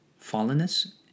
fallenness